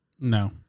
No